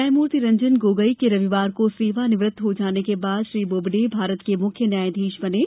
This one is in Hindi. न्यायमूर्ति रंजन गोगोई के रविवार को सेवानिवृत्त हो जाने के बाद श्री बोबडे भारत के मुख्य न्यायाधीश बने हैं